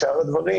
בשאר הדברים